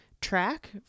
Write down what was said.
track